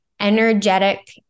energetic